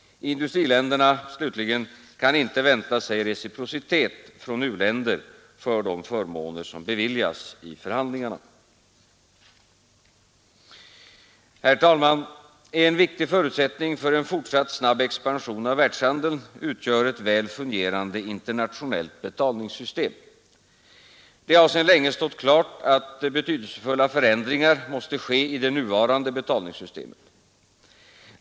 Industriländerna slutligen kan inte vänta sig reciprocitet från u-länder för de förmåner som beviljas i förhandlingarna. Herr talman! En viktig förutsättning för en fortsatt snabb expansion av världshandeln utgör ett väl fungerande internationellt betalningssystem. Det har sedan länge stått klart att betydelsefulla förändringar måste ske i det nuvarande betalningssystemet.